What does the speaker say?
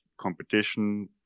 competition